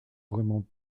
vraiment